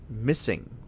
missing